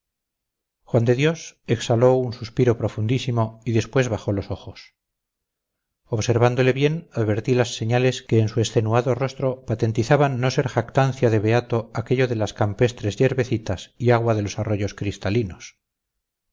juan de dios exhaló un suspiro profundísimo y después bajó los ojos observándole bien advertí las señales que en su extenuado rostro patentizaban no ser jactancia de beato aquello de las campestres yerbecitas y agua de los arroyos cristalinos